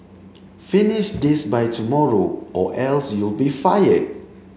finish this by tomorrow or else you'll be fired